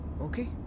Okay